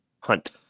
hunt